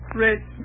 rich